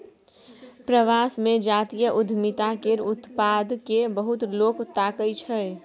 प्रवास मे जातीय उद्यमिता केर उत्पाद केँ बहुत लोक ताकय छै